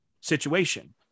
situation